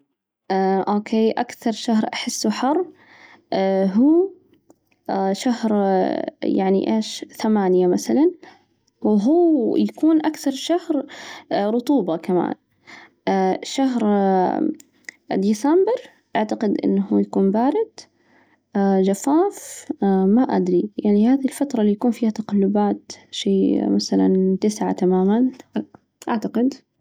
أوكي، أكثر شهر أحسه حر هو شهر يعني إيش؟ ثمانية مثلاً، وهو يكون أكثر شهر رطوبة كمان، شهر ديسمبر أعتقد إنه يكون بارد، جفاف، ما أدري، يعني هذي الفترة اللي يكون فيها تقلبات، شي مثلاً تسعة تماماً أعتقد.